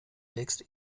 wächst